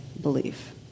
belief